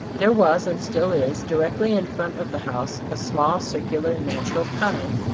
there was, and still is, directly in front of the house, a small, circular, natural pond,